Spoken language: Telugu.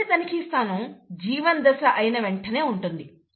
మొదటి తనిఖీ స్థానం G1 దశ అయినవెంటనే ఉంటుంది